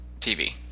TV